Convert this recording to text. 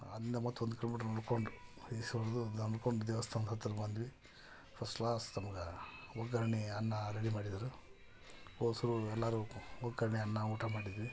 ಅಲ್ಲಿಂದ ಮತ್ತೊಂದು ಕಿಲೋಮೀಟ್ರ್ ನಡಕೊಂಡು ಅಂದ್ಕೊಂಡ್ ದೇವಸ್ಥಾನ್ದ ಹತ್ತಿರ ಬಂದಿವಿ ಫಸ್ಟ್ ಕ್ಲಾಸ್ ನಮ್ಗೆ ಒಗ್ಗರ್ಣೆ ಅನ್ನ ರೆಡಿ ಮಾಡಿದ್ದರು ಒಸ್ಸು ಎಲ್ಲರು ಒಗ್ಗರಣೆ ಅನ್ನ ಊಟ ಮಾಡಿದ್ವಿ